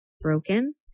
broken